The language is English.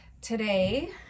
today